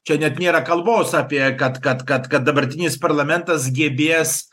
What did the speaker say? čia net nėra kalbos apie kad kad kad kad dabartinis parlamentas gebės